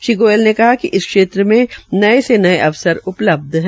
श्री गोयल ने कहा कि इस क्षेत्र में नये से नये अवसर उपलब्ध है